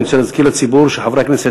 אני רוצה להזכיר לציבור שחברי הכנסת,